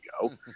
go